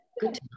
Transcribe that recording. Good